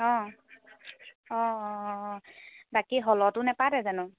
অঁ অঁ অঁ অঁ বাকী হলতো নেপাতে জানো